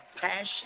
passion